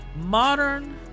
Modern